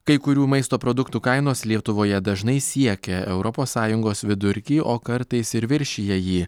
kai kurių maisto produktų kainos lietuvoje dažnai siekia europos sąjungos vidurkį o kartais ir viršija jį